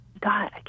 God